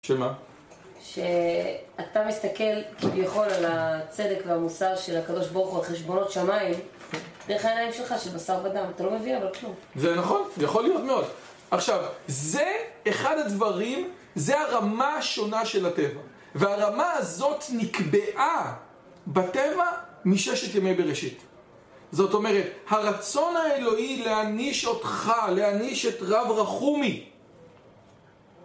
שמה? שאתה מסתכל כביכול על הצדק והמוסר של הקדוש ברוך הוא, על חשבונות שמיים, דרך העיניים שלך של בשר ודם. אתה לא מבין אבל כלום. זה נכון, יכול להיות מאוד. עכשיו, זה אחד הדברים, זה הרמה השונה של הטבע. והרמה הזאת נקבעה בטבע מששת ימי בראשית. זאת אומרת, הרצון האלוהי להעניש אותך, להעניש את רב רחומי...